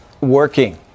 working